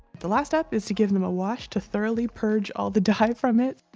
the last step is to give them a wash to thoroughly purge all the dye from it.